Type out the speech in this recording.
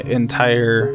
entire